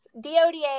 DODA